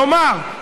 כלומר,